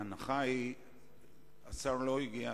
ההנחה היא שהשר לא מגיע,